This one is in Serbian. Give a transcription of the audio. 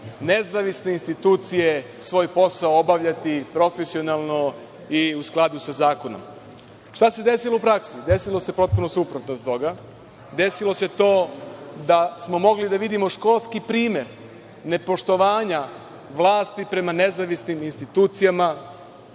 nezavisne institucije svoj posao obavljati profesionalno i u skladu sa zakonom. Šta se desilo u praksi? Desilo se potpuno suprotno od toga. Desilo se to da smo mogli da vidimo školski primer nepoštovanja vlasti prema nezavisnim institucijama